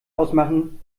ausmachen